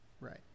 Right